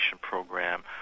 program